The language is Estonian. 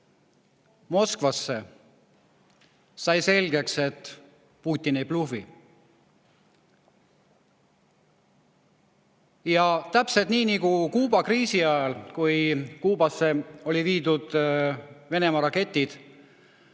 Moskvasse, sai selgeks, et Putin ei blufi. Täpselt nii nagu Kuuba kriisi ajal, kui Kuubasse oli viidud Venemaa raketid